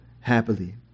happily